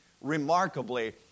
remarkably